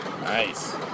Nice